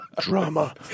Drama